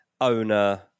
owner